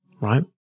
right